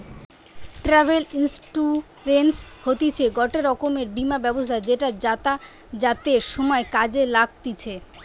travel insurance হতিছে গটে রকমের বীমা ব্যবস্থা যেটা যাতায়াতের সময় কাজে লাগতিছে